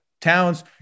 Towns